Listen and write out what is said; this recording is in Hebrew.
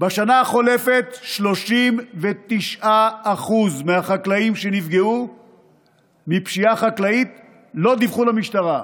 בשנה החולפת 39% מהחקלאים שנפגעו מפשיעה חקלאית לא דיווחו למשטרה.